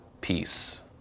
peace